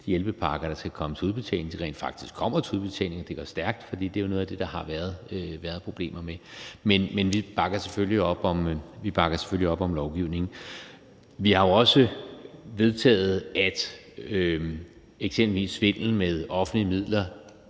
hjælpepakker, der skal komme til udbetaling, rent faktisk kommer til udbetaling, og at det går stærkt, for det er jo noget af det, der har været problemer med. Men vi bakker selvfølgelig op om lovgivningen. Vi har jo også vedtaget, at eksempelvis svindel med offentlige midler